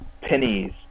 pennies